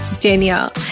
Danielle